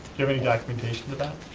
any documentation of that,